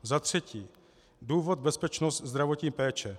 Za třetí, důvod, bezpečnost, zdravotní péče.